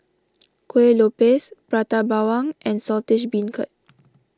Kuih Lopes Prata Bawang and Saltish Beancurd